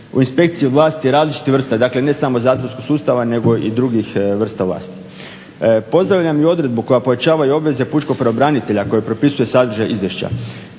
u inspekciji vlasti različitih vrsta, dakle ne samo zatvorskog sustava nego i drugih vrsta vlasti. Pozdravljam i odredbu koja pojačava i obveze pučkog pravobranitelja koja propisuje sadržaj izvješća.